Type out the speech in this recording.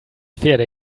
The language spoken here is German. pferde